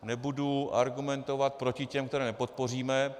Nebudu argumentovat proti těm, které nepodpoříme.